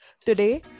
today